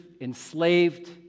enslaved